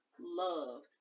love